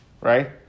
right